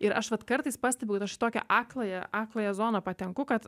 ir aš vat kartais pastebiu kad aš į tokią akląją akląją zoną patenku kad